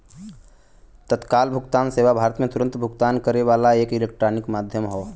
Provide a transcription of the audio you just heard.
तत्काल भुगतान सेवा भारत में तुरन्त भुगतान करे वाला एक इलेक्ट्रॉनिक माध्यम हौ